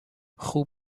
خوب